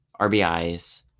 RBIs